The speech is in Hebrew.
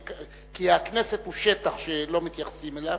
כי הכנסת היא שטח שלא מתייחסים אליו,